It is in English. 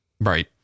right